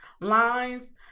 lines